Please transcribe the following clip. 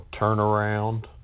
turnaround